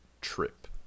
trip